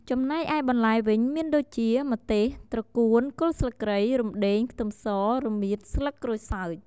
ចំណែកឯបន្លែវិញមានដូចជា ម្ទេស ត្រកួន គល់ស្លឹកគ្រៃ រំដេង ខ្ទឹមស រមៀត ស្លឹកក្រូចសើច។